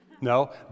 No